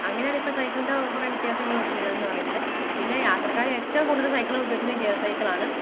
അങ്ങനെയാണിപ്പോൾ സൈക്കിൾന്റെ കുറെ വ്യത്യാസങ്ങളൊക്കെയുള്ളതെന്ന് പറയുന്നത് പിന്നെ യാത്രക്കാർ ഏറ്റവും കൂടുതൽ സൈക്കിള് ഉപയോഗിക്കുന്നത് ഗിയർ സൈക്കിളാണ്